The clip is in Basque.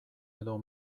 edo